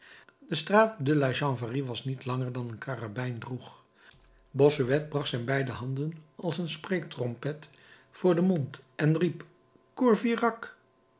de straat de la chanvrerie was niet langer dan een karabijn droeg bossuet bracht zijn beide handen als een spreektrompet voor den mond en riep